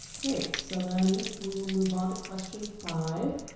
great. so then we will move on to question five.